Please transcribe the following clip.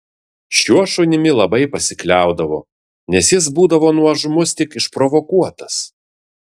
šiuo šunimi labai pasikliaudavo nes jis būdavo nuožmus tik išprovokuotas